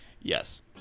Yes